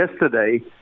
yesterday